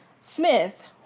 Smith